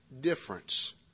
difference